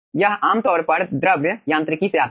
यह आमतौर पर द्रव यांत्रिकी से आता है